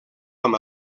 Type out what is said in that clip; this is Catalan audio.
amb